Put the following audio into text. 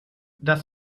dass